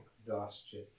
Exhaustion